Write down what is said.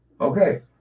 Okay